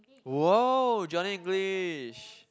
!wow! Johnny-English